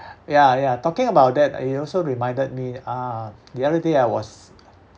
ya ya talking about that it also reminded me ah the other day I was